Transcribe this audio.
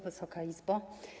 Wysoka Izbo!